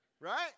right